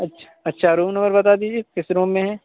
اچھا اچھا room number بتا دیجیے کس روم میں ہیں